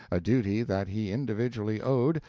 a duty that he individually owed,